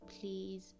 please